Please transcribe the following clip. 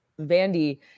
Vandy